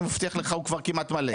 הוא כבר כמעט מלא,